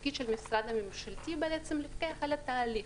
התפקיד של המשרד הממשלתי שהוא מפקח על התהליך.